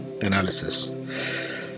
analysis